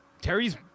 Terry's